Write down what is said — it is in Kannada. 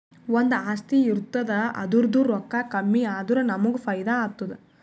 ಒಂದು ಆಸ್ತಿ ಇರ್ತುದ್ ಅದುರ್ದೂ ರೊಕ್ಕಾ ಕಮ್ಮಿ ಆದುರ ನಮ್ಮೂಗ್ ಫೈದಾ ಆತ್ತುದ